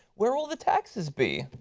where will the taxes be?